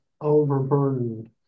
overburdened